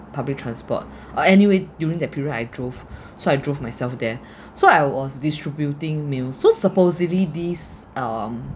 public transport uh anyway during that period I drove so I drove myself there so I was distributing meals so supposedly these um